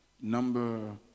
Number